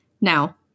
Now